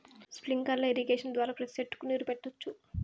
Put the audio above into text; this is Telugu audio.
స్ప్రింక్లర్ ఇరిగేషన్ ద్వారా ప్రతి సెట్టుకు నీరు పెట్టొచ్చు